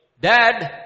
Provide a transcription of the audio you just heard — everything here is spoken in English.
Dad